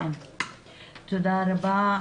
תודה רבה.